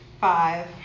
Five